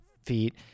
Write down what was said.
feet